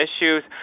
issues